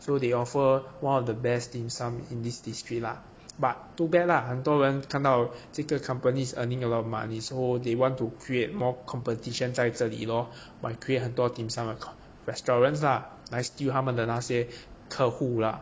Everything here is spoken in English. so they offer one of the best dim sum in this district lah but too bad lah 很多人看到这个 companies earning a lot of money so they want to create more competition 在这里 lor by create 很多 dim sum restaurants lah 来 steal 他们的那些客户啦:ta men de nei xie keyi hu la